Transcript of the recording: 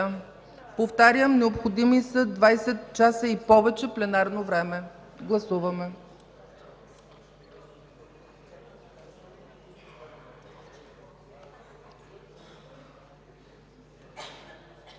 Повтарям, необходими са 20 часа и повече пленарно време. Гласуваме.